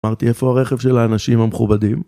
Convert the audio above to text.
אמרתי "איפה הרכב של האנשים המכובדים?"